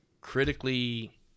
critically